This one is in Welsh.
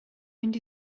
mynd